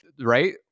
right